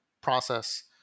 process